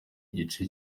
igice